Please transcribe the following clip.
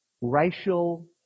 Racial